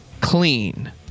clean